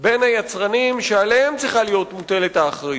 בין היצרנים, שעליהם צריכה להיות מוטלת האחריות,